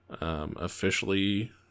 officially